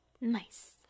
nice